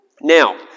Now